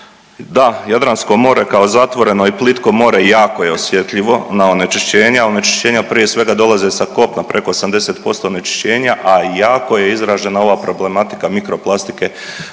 Da, Jadransko more kao zatvoreno i plitko more jako je osjetljivo na onečišćenja, onečišćenja prije svega dolaze sa kopna, preko 80% onečišćenja, a jako je izražena ova problematika mikro plastike o